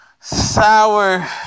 sour